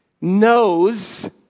knows